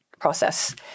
process